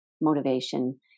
motivation